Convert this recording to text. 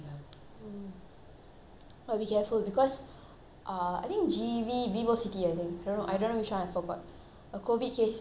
but be careful because uh I think G_V vivo city I think I don't know I don't know which one I forgot a COVID case visited one of those spots